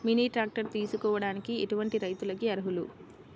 Mini tractor తీసుకోవడానికి ఎటువంటి రైతులకి అర్హులు?